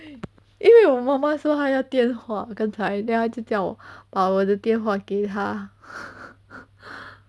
因为我妈妈说她要电话刚才她就叫我把我的电话给她